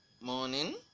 morning